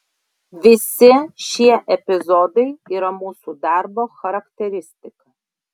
visi šie epizodai yra mūsų darbo charakteristika